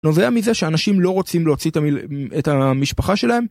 נובע מזה שאנשים לא רוצים להוציא את המשפחה שלהם.